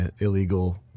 illegal